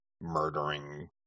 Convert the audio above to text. murdering